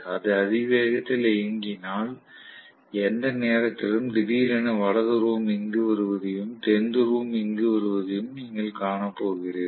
அது அதிவேகத்தில் இயங்கினால் எந்த நேரத்திலும் திடீரென வட துருவம் இங்கு வருவதையும் தென் துருவம் இங்கு வருவதையும் நீங்கள் காணப்போகிறீர்கள்